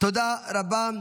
תודה רבה.